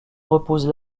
repose